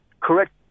correct